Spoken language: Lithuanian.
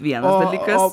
vienas dalykas